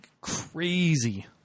crazy